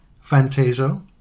Fantasia